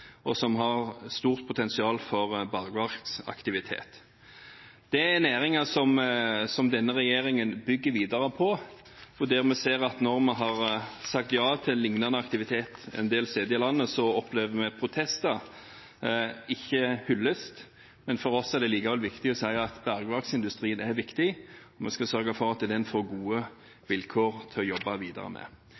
og som har stort potensial for bergverksaktivitet. Det er næringer som denne regjeringen bygger videre på. Når vi har sagt ja til lignende aktivitet en del steder i landet, opplever vi protester – ikke hyllest. For oss er det allikevel viktig å si at bergverksindustrien er viktig. Vi skal sørge for at den får gode vilkår å jobbe videre med.